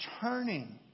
turning